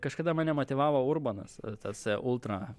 kažkada mane motyvavo urbonas tas ultra